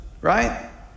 right